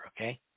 okay